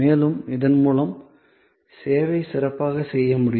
மேலும் இதன் மூலம் சேவை சிறப்பாக செய்யப்படும்